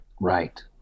Right